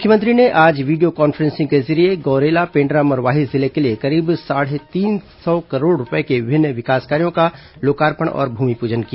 मुख्यमंत्री ने आज वीडियो कॉन्फ्रेंसिंग के जरिये गौरेला पेण्ड्रा मरवाही जिले के लिए करीब साढ़े तीन सौ करोड़ रूपये के विभिन्न विकास कार्यों का लोकार्पण और भूमिपूजन किया